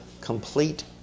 complete